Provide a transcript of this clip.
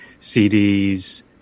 CDs